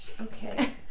Okay